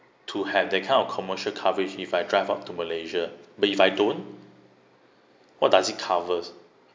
to have that kind of commercial coverage if I drive out to malaysia but if I don't what does it covers